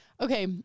Okay